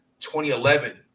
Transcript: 2011